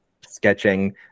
sketching